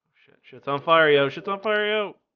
shits on fire yo shits on fire you